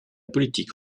politique